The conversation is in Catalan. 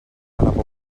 pobla